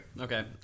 Okay